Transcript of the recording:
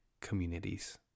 communities